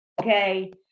Okay